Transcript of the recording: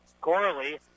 Corley